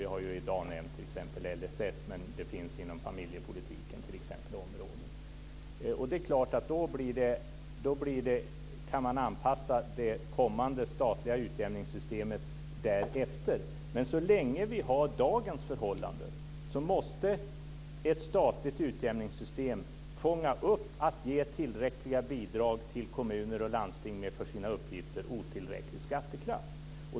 Vi har i dag nämnt LSS, men det finns också områden inom t.ex. familjepolitiken. Då kan man anpassa det kommande statliga utjämningssystemet därefter. Men så länge vi har dagens förhållanden måste ett statligt utjämningssystem ge tillräckliga bidrag till kommuner och landsting med för sina uppgifter otillräcklig skattekraft.